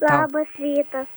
labas rytas